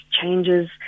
changes